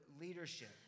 leadership